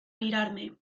mirarme